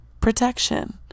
protection